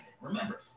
Remember